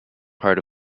part